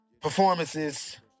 performances